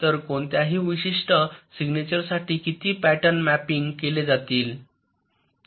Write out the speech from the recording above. तर कोणत्याही विशिष्ट सिग्नेचरसाठी किती पॅटर्नमॅपिंग केले जातील